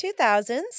2000s